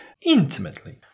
Intimately